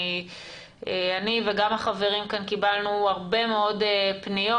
אני וגם החברים כאן קיבלנו הרבה מאוד פניות